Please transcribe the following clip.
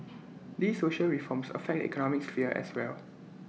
these social reforms affect economic sphere as well